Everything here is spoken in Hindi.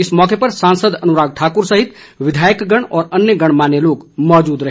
इस मौके पर सांसद अनुराग ठाकुर सहित विधायकगण और अन्य गणमान्य लोगा मौजूद रहे